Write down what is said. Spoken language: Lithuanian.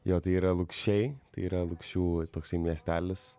jo tai yra lukšiai tai yra lukšių toksai miestelis